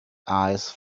eyes